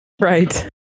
Right